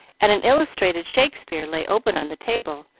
and an illustrated shakspeare lay open on the table,